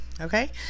okay